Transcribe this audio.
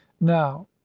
now